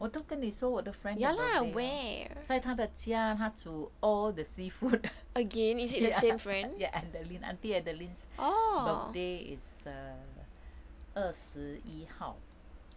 我都跟你说我的 friend 在他的家他煮 all the seafood ya adeline aunty adeline's birthday is err 二十一